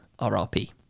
RRP